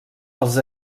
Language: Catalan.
els